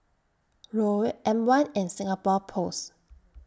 Raoul M one and Singapore Post